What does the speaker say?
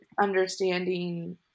understanding